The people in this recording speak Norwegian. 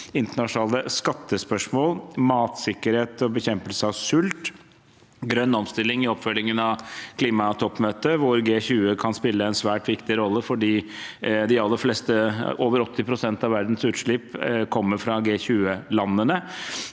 internasjonale skattespørsmål, matsikkerhet og bekjempelse av sult; grønn omstilling i oppfølgingen av klimatoppmøtet, hvor G20 kan spille en svært viktig rolle fordi over 80 pst. av verdens utslipp kommer fra G20-landene